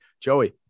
Joey